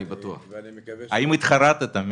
האם התחרטת?